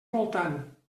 voltant